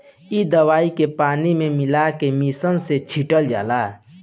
इ दवाई के पानी में मिला के मिशन से छिटल जाला